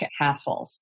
hassles